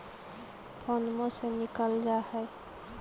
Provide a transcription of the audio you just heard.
फोनवो से निकल जा है?